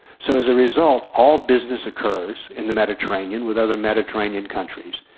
so as a result all business occurs in the mediterranean with other mediterranean countries.